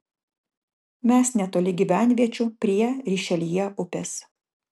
mes netoli gyvenviečių prie rišeljė upės